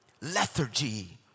lethargy